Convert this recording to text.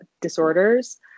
disorders